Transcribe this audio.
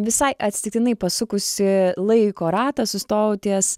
visai atsitiktinai pasukusi laiko ratą sustojau ties